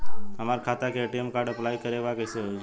हमार खाता के ए.टी.एम कार्ड अप्लाई करे के बा कैसे होई?